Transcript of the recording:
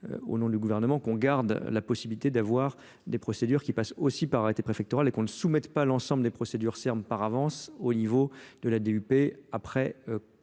au nom du gouvernement, qu'on garde la possibilité d'avoir des procédures qui passent aussi par arrêté préfectoral et qu'on ne soumette pas l'ensemble des procédures serm par avance au niveau de la D U P. après